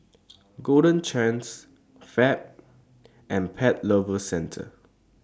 Golden Chance Fab and Pet Lovers Centre